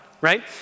right